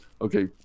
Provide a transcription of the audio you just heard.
Okay